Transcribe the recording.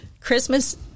Christmas